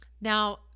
Now